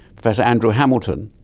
professor andrew hamilton,